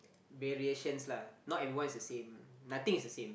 variations lah not everyone is the same nothing is the same